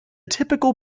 typical